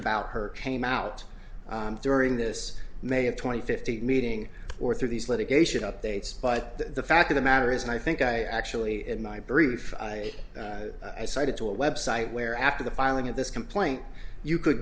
about her came out during this may of twenty fifty meeting or through these litigation updates but the fact of the matter is and i think i actually in my brief i cited to a website where after the filing of this complaint you could